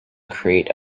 create